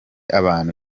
abantu